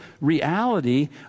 reality